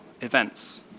events